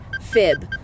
fib